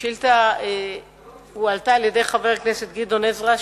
את השאילתא העלה חבר הכנסת גדעון עזרא,